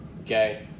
Okay